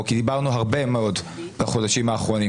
כי דיברנו הרבה מאוד בחודשים האחרונים